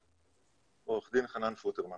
או איך שנחליט לקרוא לזה,